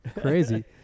Crazy